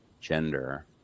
gender